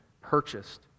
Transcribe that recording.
purchased